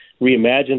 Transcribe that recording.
reimagine